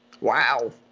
Wow